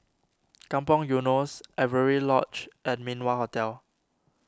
Kampong Eunos Avery Lodge and Min Wah Hotel